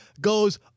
goes